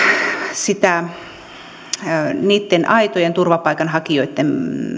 niitten aitojen turvapaikanhakijoitten